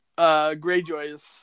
Greyjoy's